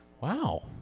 Wow